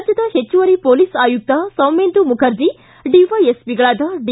ರಾಜ್ಯದ ಪೆಚ್ಚುವರಿ ಮೋಲಿಸ್ ಆಯುಕ್ತ ಸೌಮೇಂದು ಮುಖರ್ಜಿ ಡಿವ್ಕೆಎಸ್ಪಿಗಳಾದ ಡಿ